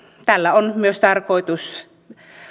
tällä on myös tarkoitus